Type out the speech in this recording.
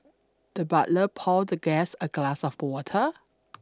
the butler poured the guest a glass of water